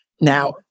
Now